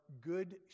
good